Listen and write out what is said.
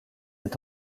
est